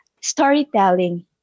Storytelling